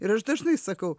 ir aš dažnai sakau